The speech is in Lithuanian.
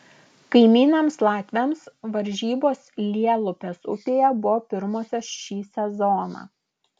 kaimynams latviams varžybos lielupės upėje buvo pirmosios šį sezoną